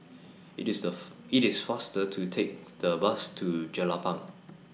IT IS The IT IS faster to Take The Bus to Jelapang